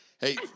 Hey